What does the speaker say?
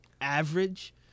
average